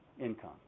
income